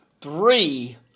three